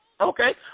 Okay